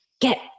get